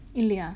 really ah